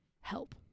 help